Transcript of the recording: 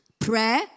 prayer